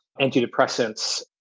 antidepressants